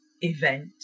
event